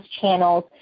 channels